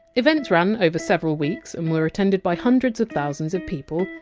events ran over several weeks and were attended by hundreds of thousands of people,